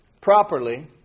properly